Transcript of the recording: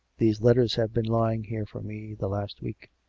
these letters have been lying here for me the last week.